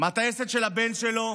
מהטייסת של הבן שלו.